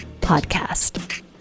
Podcast